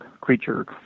creature